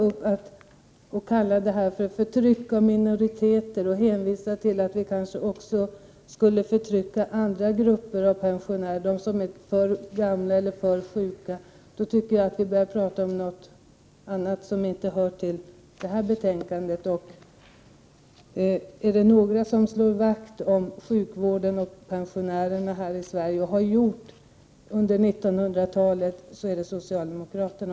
Men när hon sedan talar om förtryck av minoriteter och påstår att vi kanske också skulle komma att förtrycka andra grupper av pensionärer — de som är för gamla eller för sjuka — då tycker jag att diskussionen har kommit att handla om någonting som inte hör till betänkandet. Är det några som slår vakt om sjukvården och pensionärerna här i Sverige och har gjort det under hela 1900-talet, så är det socialdemokraterna.